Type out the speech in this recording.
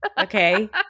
Okay